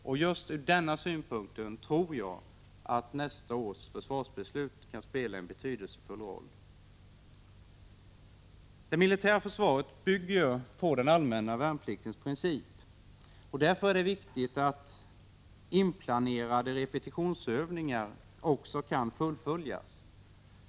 Ur just denna synpunkt tror jag att nästa års försvarsbeslut kan spela en betydelsefull roll. Prot. 1985/86:126 Det militära försvaret bygger på den allmänna värnpliktens princip. 24 april 1986 Därför är det viktigt att inplanerade repetitionsövningar också kan fullföljas.